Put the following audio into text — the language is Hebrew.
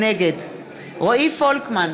נגד רועי פולקמן,